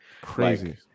Crazy